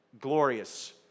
glorious